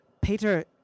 Peter